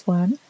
one